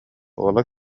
уола